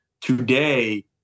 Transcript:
today